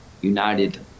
united